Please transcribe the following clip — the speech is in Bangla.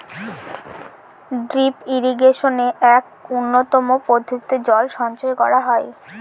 ড্রিপ ইরিগেশনে এক উন্নতম পদ্ধতিতে জল সঞ্চয় করা হয়